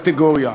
קטגוריה.